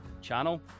channel